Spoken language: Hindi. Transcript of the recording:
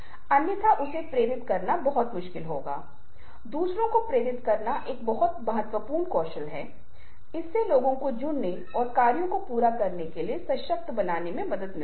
जब वे क्रोध प्रदर्शित करना चाहते हैं जब वे काटना चाहते हैं जब वे लड़ना चाहते हैं आज भी जब लोग लड़ते हैं यहां तक कि पेशेवर मुक्केबाज भी लड़ते हैं तो कभी कभी वे एक दूसरे को काटते हैं